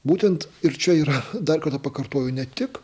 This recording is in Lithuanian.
būtent ir čia yra dar kartą pakartoju ne tik